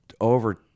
over